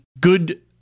Good